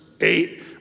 eight